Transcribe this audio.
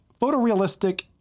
photorealistic